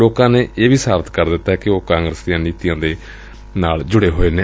ਲੋਕਾ ਨੇ ਇਹ ਸਾਬਤ ਕਰ ਦਿੱਤੈ ਕਿ ਉਹ ਕਾਗਰਸ ਦੀਆਂ ਨੀਤੀਆਂ ਨਾਲ ਜੁੜੇ ਹੋਏ ਨੇ